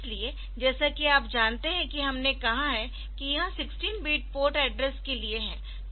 इसलिए जैसा कि आप जानते है कि हमने कहा कि यह 16 बिट पोर्ट एड्रेस के लिए है